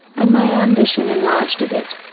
and my ambition enlarged a bit.